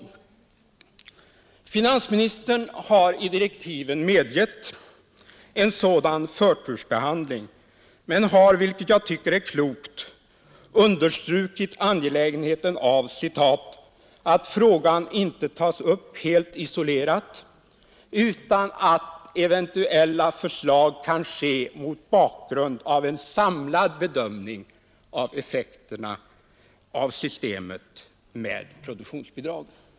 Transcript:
Finansministern har i direktiven medgett en sådan förtursbehandling men har — vilket jag tycker är klokt — understrukit angelägenheten av ”att frågan inte tas upp helt isolerat utan att eventuella förslag kan ske mot bakgrund av en samlad bedömning av effekterna av systemet med produktionsbidrag”.